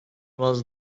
was